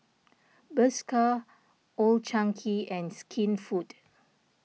Bershka Old Chang Kee and Skinfood